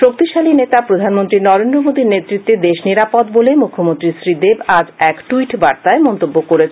শক্তিশালী নেতা প্রধানমন্ত্রী নরেন্দ্র মোদীর নেতৃত্বে দেশ নিরাপদ বলে মুখ্যমন্ত্রী শ্রীদেব আজ এক টুইট বার্তায় মন্তব্য করেছেন